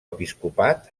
episcopat